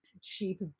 Cheap